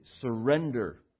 surrender